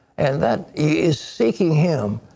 and that is seeking him.